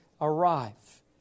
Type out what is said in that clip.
arrive